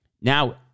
Now